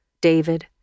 David